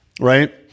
right